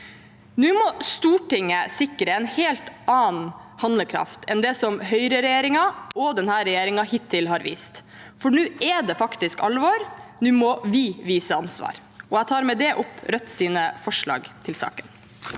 Nå må Stortinget sikre en helt annen handlekraft enn det som høyreregjeringen og denne regjeringen hittil har vist, for nå er det faktisk alvor. Nå må vi vise ansvar. Jeg tar med det opp Rødts forslag til saken.